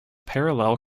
parallel